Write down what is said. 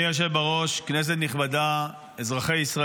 אבל הערב